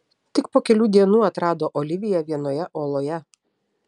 tik po kelių dienų atrado oliviją vienoje oloje